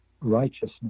righteousness